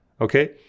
okay